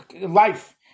life